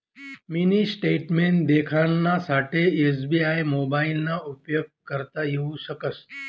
mini statement देखानासाठे SBI मोबाइलना उपेग करता येऊ शकस